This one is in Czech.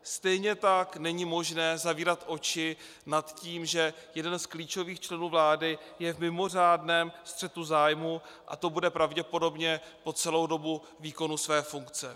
Stejně tak není možné zavírat oči nad tím, že jeden z klíčových členů vlády je v mimořádném střetu zájmů, a to bude pravděpodobně po celou dobu výkonu své funkce.